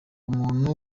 umuntu